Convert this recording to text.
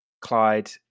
Clyde